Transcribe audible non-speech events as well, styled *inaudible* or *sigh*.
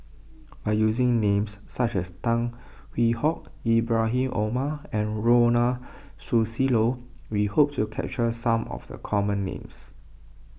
by using names such as Tan Hwee Hock Ibrahim Omar and Ronald *noise* Susilo we hope to capture some of the common names